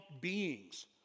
beings